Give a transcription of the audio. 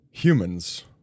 Humans